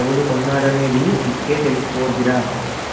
ఎవడు కొన్నాడనేది యిట్టే తెలిసిపోద్దిరా